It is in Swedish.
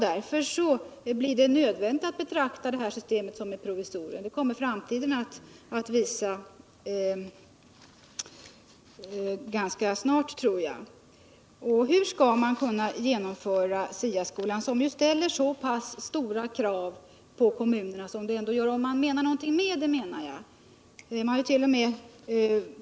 Därför blir det nödvändigt att betrakta systemet som cut provisorium. Det tror jag kommer att visa sig ganska snart. Hur skall man nu kunna genomföra STA skolan som ställer så pass stora krav på kommunerna —- om man verkligen menar någonting med det hela? Man hart.o.m.